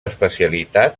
especialitat